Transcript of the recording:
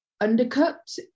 undercut